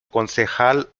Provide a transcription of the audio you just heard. concejal